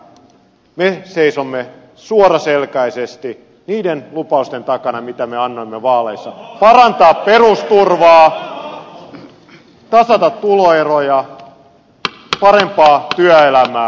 me seisomme suoraselkäisesti niiden lupausten takana mitä me annamme vaaleissa koskien perusturvan parantamista tuloerojen tasaamista parempaa työelämää